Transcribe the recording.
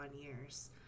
years